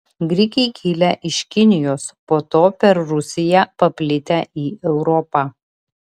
grikiai kilę iš kinijos po to per rusiją paplitę į europą